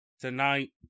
tonight